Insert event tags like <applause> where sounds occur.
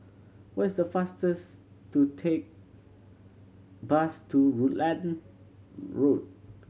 what is faster <unintelligible> to take bus to Rutland Road